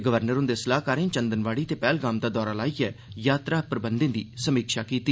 governor हुंदे सलाह्कारें चंदनवाड़ी ते पहलगामदा दौरा लाइयै यात्रा प्रबंधें दी समीक्षा कीती